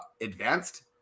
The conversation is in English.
advanced